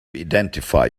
identify